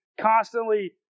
constantly